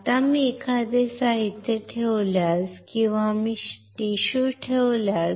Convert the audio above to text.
आता मी एखादे साहित्य ठेवल्यास किंवा मी टिश्यू ठेवल्यास